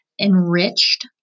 enriched